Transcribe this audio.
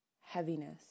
heaviness